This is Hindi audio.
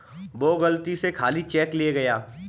वो गलती से खाली चेक ले गया